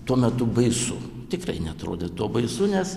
tuo metu baisu tikrai neatrodė to baisu nes